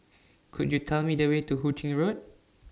Could YOU Tell Me The Way to Hu Ching Road